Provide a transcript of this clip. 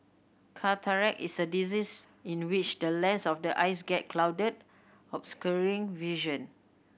cataract is a disease in which the lens of the eyes get clouded obscuring vision